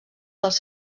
dels